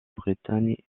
bretagne